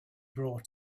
brought